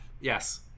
yes